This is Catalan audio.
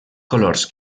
colors